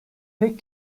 pek